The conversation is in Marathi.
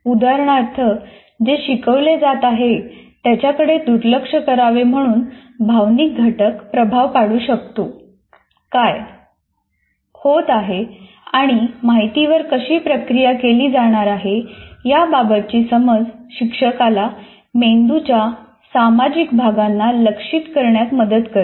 उदाहरणार्थ जे शिकवले जात आहे त्याच्याकडे दुर्लक्ष करावे म्हणून भावनिक घटक प्रभाव पाडू शकतो काय होत आहे आणि माहितीवर कशी प्रक्रिया केली जाणार आहे याबाबतची समज शिक्षकाला मेंदूच्या सामाजिक भागांना लक्ष्यित करण्यात मदत करते